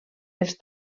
els